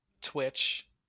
Twitch